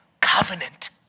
covenant